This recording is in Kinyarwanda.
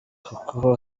kuko